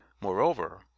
Moreover